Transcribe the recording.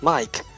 Mike